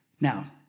Now